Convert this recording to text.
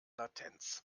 latenz